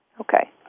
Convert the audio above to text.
Okay